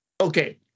Okay